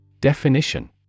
Definition